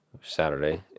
Saturday